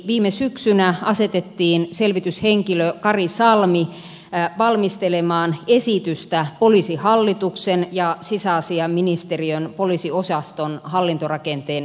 viime syksynä asetettiin selvityshenkilö kari salmi valmistelemaan esitystä poliisihallituksen ja sisäasiainministeriön poliisiosaston hallintorakenteen kehittämistarpeista